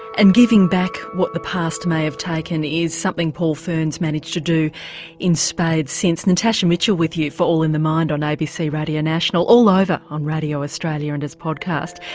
and giving back what the past may have taken is something paul fearne's managed to do in spades since. natasha mitchell with you for all in the mind on abc radio national, all over ah on radio australia and as podcast.